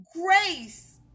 grace